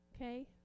Okay